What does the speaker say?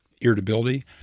irritability